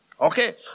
okay